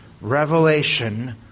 revelation